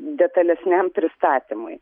detalesniam pristatymui